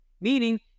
Meaning